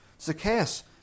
Zacchaeus